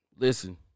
Listen